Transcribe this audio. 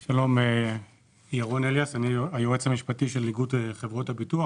אני היועץ המשפטי של איגוד חברות הביטוח.